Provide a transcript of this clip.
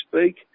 speak